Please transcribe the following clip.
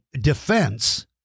defense